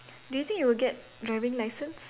do you think you will get driving licence